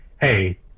hey